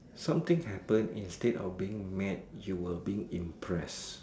something happen instead of being mad you'll being impressed